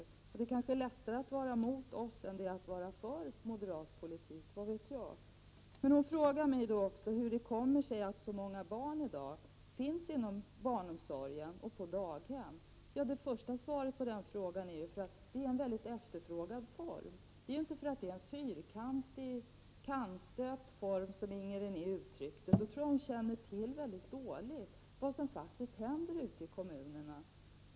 Vad vet jag, det kanske är lättare att vara mot oss socialdemokrater än det är att vara för moderat politik. Inger René frågade mig hur det kommer sig att så många barn i dag finns inom barnomsorgen, på daghem. Svaret på den frågan är ju att det är för att daghem är en mycket efterfrågad form av barntillsyn. Det är inte för att det är en fyrkantigt stöpt form, som Inger René uttryckte saken. Jag tror att hon har mycket dålig kännedom om vad som faktiskt händer ute i kommunerna.